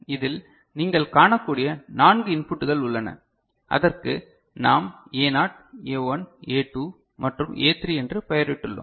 இதில் நீங்கள் காணக்கூடிய 4 இன்புட்டுகள் உள்ளன அதற்கு நாம் Aனாட் A1 A2 மற்றும் A3 என்று பெயரிட்டுள்ளோம்